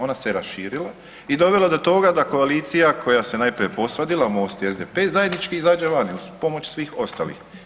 Ona se raširila i dovela do toga da koalicija koja se najprije postavila MOST i SDP zajednički izađe vani uz pomoć svih ostalih.